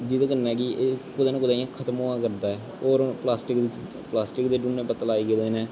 जेह्दे कन्नै कि एह् कुदै ना कुदै इ'यां खत्म होआ करदा ऐ होर हून प्लास्टिक प्लास्टिक दे डूने पत्तल आई गेदे न